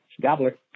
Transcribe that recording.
Gobbler